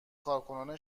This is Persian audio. کارکنان